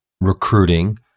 recruiting